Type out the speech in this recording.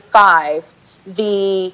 five the